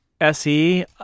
SE